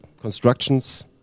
constructions